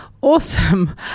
Awesome